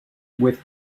with